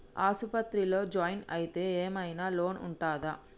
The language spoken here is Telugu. ఆస్పత్రి లో జాయిన్ అయితే ఏం ఐనా లోన్ ఉంటదా?